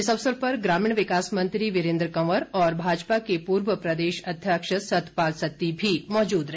इस अवसर पर ग्रामीण विकास मंत्री वीरेंद्र कंवर और भाजपा के पूर्व प्रदेश अध्यक्ष सतपाल सत्ती भी मौजूद रहे